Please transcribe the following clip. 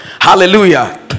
Hallelujah